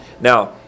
Now